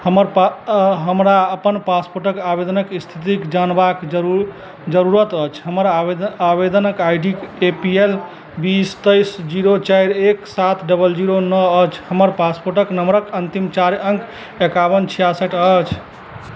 हमर पा अऽ हमरा अपन पासपोर्टक आवेदनक स्थितिक जानबाक जरूर जरूरत अछि हमर आवेद आवेदनक I D A P L बीस तेइस जीरो चारि एक सात डबल जीरो नओ अछि हमर पासपोर्टक नंबरक अन्तिम चारि अङ्क एकाबन छियासठि अछि